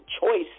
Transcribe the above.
choice